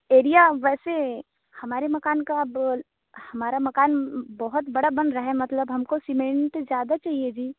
area वैसे हमारे मकान का हमारा मकान बहुत बड़ा बन रहा है मतलब हमको सीमेंट ज़्यादा चाहिए जी